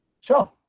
Sure